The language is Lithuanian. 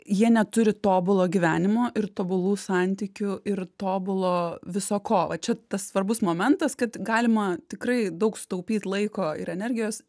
jie neturi tobulo gyvenimo ir tobulų santykių ir tobulo viso ko va čia tas svarbus momentas kad galima tikrai daug sutaupyt laiko ir energijos